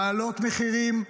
להעלות מחירים,